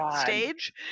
stage